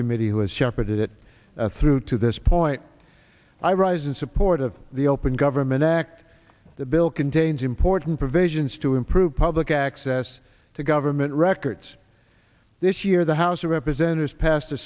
committee who has shepherded it through to this point i rise in support of the open government act the bill contains important provisions to improve public access to government records this year the house of representatives passed a